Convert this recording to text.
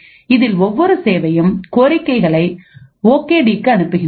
இதில் ஒவ்வொரு சேவையும் கோரிக்கைகளை ஓகே டிக்கு அனுப்புகின்றது